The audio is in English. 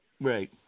right